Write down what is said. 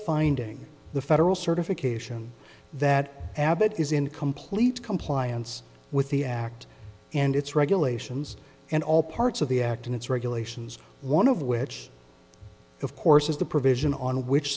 finding the federal certification that abbott is in complete compliance with the act and it's regulations and all parts of the act in its regulations one of which of course is the provision on which